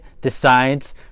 decides